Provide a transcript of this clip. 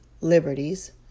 liberties